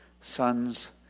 sons